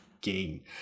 game